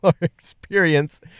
experience